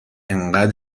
اینقد